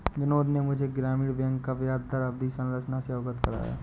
बिनोद ने मुझे ग्रामीण बैंक की ब्याजदर अवधि संरचना से अवगत कराया